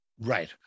Right